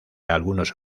algunos